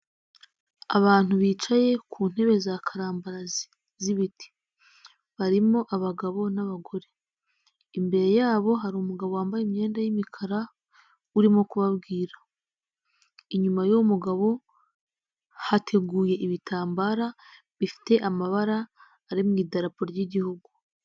Abantu bicaye ku ntebe za karambarazi z'ibiti. Barimo abagabo n'abagore. Imbere yabo hari umugabo wambaye imyenda y'imikara, urimo kubabwira. Inyuma y'uwo mugabo hateguye ibitambara bifite amabara, ari mu idarapo ry'igihugu.